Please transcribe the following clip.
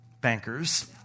bankers